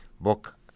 book